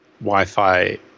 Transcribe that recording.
Wi-Fi